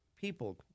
People